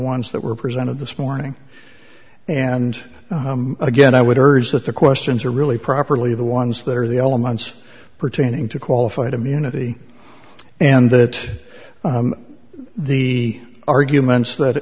ones that were presented this morning and again i would urge that the questions are really properly the ones that are the elements pertaining to qualified immunity and that the arguments that